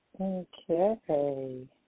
Okay